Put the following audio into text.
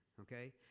okay